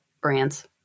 brands